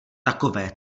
takové